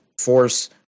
Force